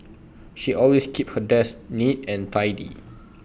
she always keeps her desk neat and tidy